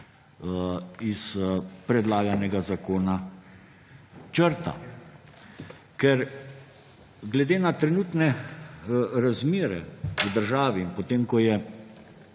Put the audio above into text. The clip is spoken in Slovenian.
iz predlaganega zakona črta. Glede na trenutne razmere v državi in potem ko si